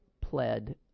pled